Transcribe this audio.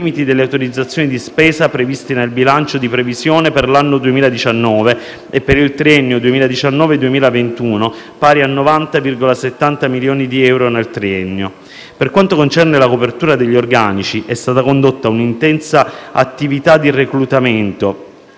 limiti delle autorizzazioni di spesa previste nel bilancio di previsione per l'anno 2019 e per il triennio 2019-2021 pari a 90,70 milioni di euro nel triennio. Per quanto concerne la copertura degli organici è stata condotta un'intensa attività di reclutamento